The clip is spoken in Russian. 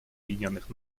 объединенных